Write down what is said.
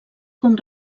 com